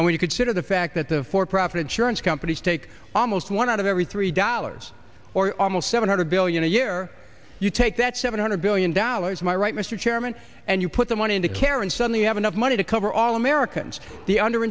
and when you consider the fact that the for profit insurance companies take almost one out of every three dollars or almost seven hundred billion a year you take that seven hundred billion dollars my right mr chairman and you put the money into care and suddenly you have enough money to cover all americans the under